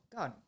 God